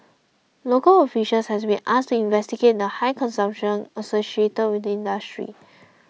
local officials have been asked to investigate the high consumption associated with the industry